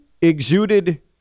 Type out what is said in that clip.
exuded